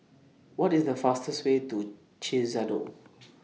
What IS The fastest Way to Chisinau